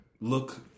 look